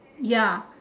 ya